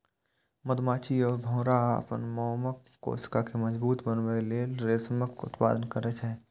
मधुमाछी आ भौंरा अपन मोमक कोशिका कें मजबूत बनबै लेल रेशमक उत्पादन करै छै